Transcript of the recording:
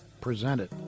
presented